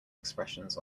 expressions